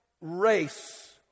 race